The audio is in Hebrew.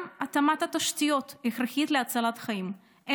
גם התאמת התשתיות הכרחית להצלת חיים,